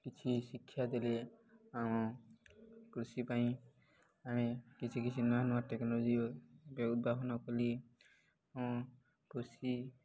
କିଛି ଶିକ୍ଷା ଦେଲେ ଆମ କୃଷି ପାଇଁ ଆମେ କିଛି କିଛି ନୂଆ ନୂଆ ଟେକ୍ନୋଲୋଜିର ଉଦ୍ଭାବନ କଲେ କୃଷି